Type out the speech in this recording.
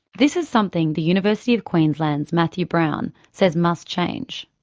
this is something the university of queensland's matthew brown says must change.